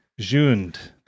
Jund